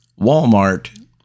Walmart